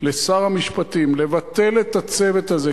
משר המשפטים לבטל את הצוות הזה,